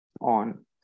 on